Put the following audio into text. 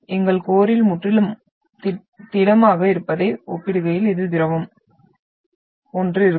எங்கள் கோரில் முற்றிலும் திடமாக இருப்பதை ஒப்பிடுகையில் இது திரவம் போன்று இருக்கும்